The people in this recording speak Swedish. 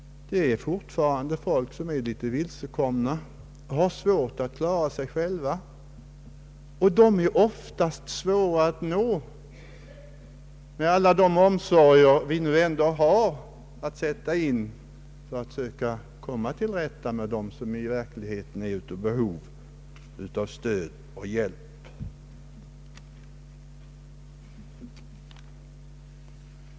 Det finns folk som är litet vilsekomna och har svårt att klara sig själva, och de är ofta svåra att nå med den hjälp som vi ändå har möjlighet att sätta in för alla dem som är i verkligt behov av stöd och hjälp.